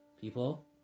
people